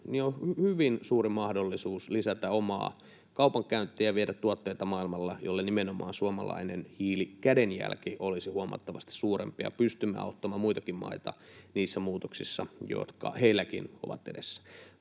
on hyvin suuri mahdollisuus lisätä omaa kaupankäyntiä, viedä tuotteita maailmalle, jolle nimenomaan suomalainen hiilikädenjälki olisi huomattavasti suurempi, ja pystymme auttamaan muitakin maita niissä muutoksissa, jotka heilläkin ovat edessä.